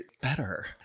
better